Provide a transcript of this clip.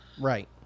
Right